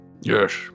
Yes